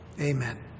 Amen